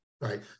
Right